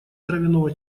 травяного